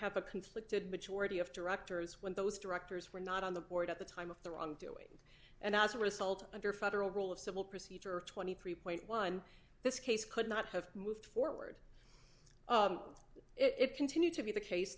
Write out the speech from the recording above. have a conflicted majority of directors when those directors were not on the board at the time of the wrongdoing and as a result under federal rule of civil procedure twenty three point one this case could not have moved forward and it continued to be the case